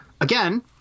again